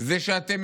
זה שאתם